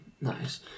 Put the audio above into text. Nice